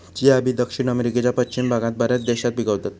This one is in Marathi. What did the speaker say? चिया बी दक्षिण अमेरिकेच्या पश्चिम भागात बऱ्याच देशात पिकवतत